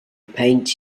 paint